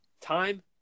time